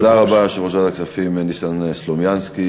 תודה רבה, יושב-ראש ועדת הכספים ניסן סלומינסקי.